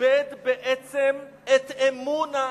איבד בעצם את אמון העם.